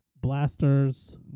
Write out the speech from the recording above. blasters